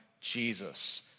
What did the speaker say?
Jesus